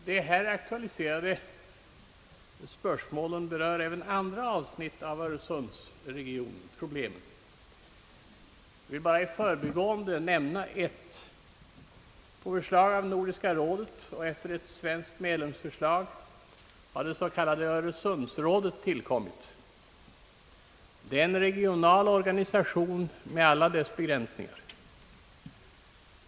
Den här berörda frågan aktualiserar även andra avsnitt av öresundsproblemen. Jag vill bara i förbigående nämna ett. På förslag av Nordiska rådet och efter ett svenskt medlemsförslag har det s.k. Öresundsrådet tillkommit. Det är en regional organisation med alla dess begränsningar.